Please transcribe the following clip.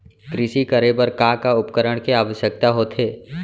कृषि करे बर का का उपकरण के आवश्यकता होथे?